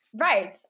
Right